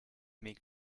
make